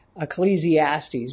Ecclesiastes